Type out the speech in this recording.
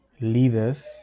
leaders